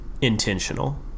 intentional